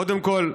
קודם כול,